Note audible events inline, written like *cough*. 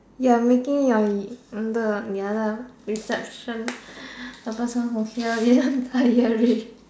you're making your the ya lah reception the person who hear this entirely *noise*